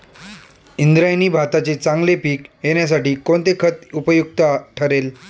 इंद्रायणी भाताचे चांगले पीक येण्यासाठी कोणते खत उपयुक्त ठरेल?